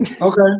Okay